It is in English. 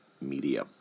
media